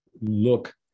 look